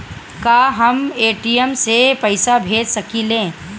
का हम ए.टी.एम से पइसा भेज सकी ले?